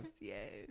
Yes